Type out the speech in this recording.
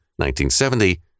1970